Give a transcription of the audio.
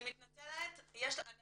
אני מתנצלת אנחנו